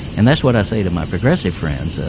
and that's what i say to my progressive friends, ah